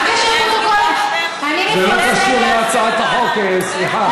מה הקשר, זה לא קשור להצעת החוק, סליחה.